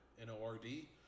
N-O-R-D